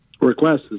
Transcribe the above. requests